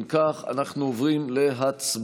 אם כך, אנחנו עוברים להצבעה